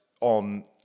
on